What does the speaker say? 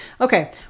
Okay